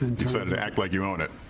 and to sort of to act like you on it?